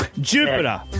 Jupiter